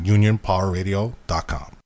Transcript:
UnionPowerRadio.com